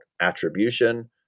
attribution